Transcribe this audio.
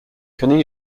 can